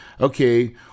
okay